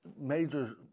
major